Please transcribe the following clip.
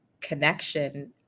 connection